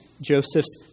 Joseph's